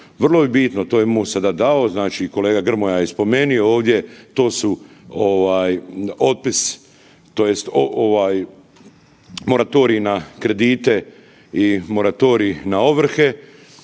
Vrlo je bitno, to je MOST sada dao, znači kolega Grmoja je i spomenio ovdje, to su ovaj otpis tj. ovaj moratorij na kredite i moratorij na ovrhe.